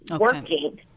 working